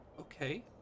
Okay